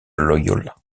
loyola